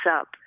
up